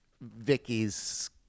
Vicky's